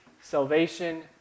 salvation